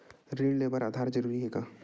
ऋण ले बर आधार ह जरूरी हे का?